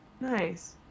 nice